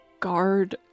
Guard